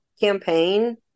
campaign